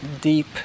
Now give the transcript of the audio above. deep